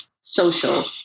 social